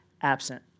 absent